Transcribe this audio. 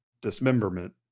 dismemberment